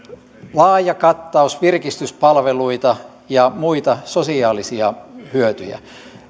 laajaa kattausta virkistyspalveluita ja muita sosiaalisia hyötyjä